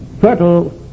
fertile